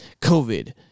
COVID